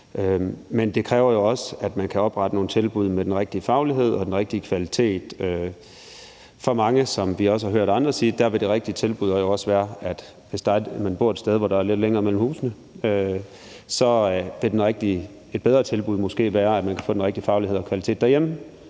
men det kræver jo også, at man kan oprette nogle tilbud med den rigtige faglighed og den rigtige kvalitet. For mange, som vi også har hørt andre sige, vil det rigtige tilbud jo også være, hvis man bor et sted, hvor der er lidt længere mellem husene, at man kan få den rigtige faglighed og kvalitet derhjemme.